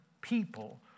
people